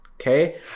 okay